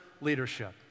leadership